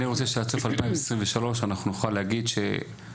אני רוצה שעד סוף 2023 אנחנו נוכל להגיד שמהצפון